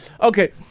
Okay